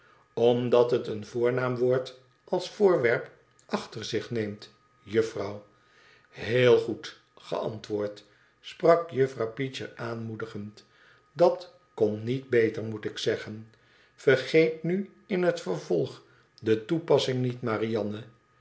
omdat het een voornaamwoord als voorwerp achter zich neemt juffrouw heel goed geantwoord sprak jufifrouw peecher aanmoedigend dat kon niet beter moet ik zeggen vergeet nu in het vervolg de toepassing niet marianne